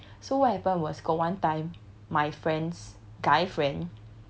so what happened was got one time my friend's guy friend